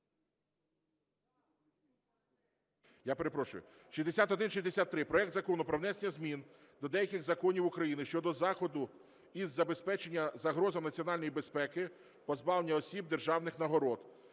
Я перепрошую, 6163: проект Закону про внесення змін до деяких законів України щодо заходу із запобігання загрозам національної безпеки – позбавлення осіб державних нагород.